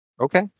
Okay